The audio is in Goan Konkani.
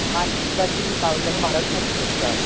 मात्शी तुका तीन काळुंदरां म्हारग पडटली तुका